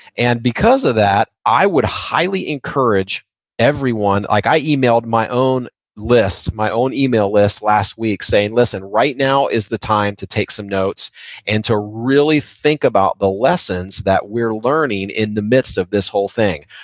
and because of that, i would highly encourage everyone, like i emailed my own list, my own email list last week saying, listen. right now is the time to take some notes and to really think about the lessons that we're learning in the midst of this whole thing.